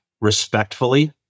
respectfully